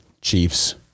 Chiefs